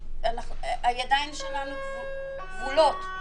הידיים שלנו כבולות.